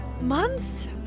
Months